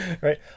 Right